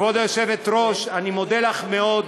כבוד היושבת-ראש, אני מודה לך מאוד,